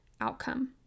outcome